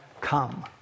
come